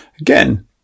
Again